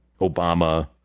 Obama